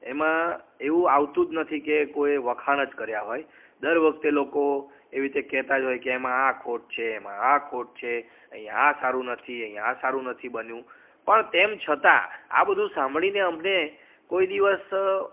એમાં એવું આવતું જ નથી કે કોઈએ વખાણ જ કર્યાં હોય દર વખતે લોકો એવી રીતે કહેતાં જ હોય એમાં આ ખોટ છે એમાં આ ખોટ છે અહીંયા આ સારું નથી અહીંયા આ સારું નથી બન્યું પણ તેમ છતાં આ બધું સાંભળીને અમને કોઈ દિવસ